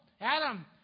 Adam